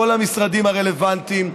כל המשרדים הרלוונטיים.